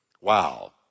Wow